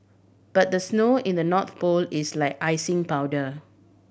but the snow in the North Pole is like icing powder